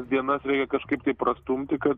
dienas reikia kažkaip tai prastumti kad